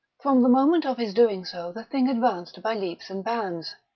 from the moment of his doing so the thing advanced by leaps and bounds.